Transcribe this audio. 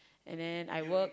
and then I work